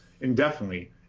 indefinitely